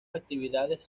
actividades